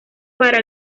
para